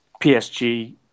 PSG